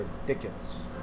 ridiculous